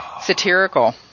satirical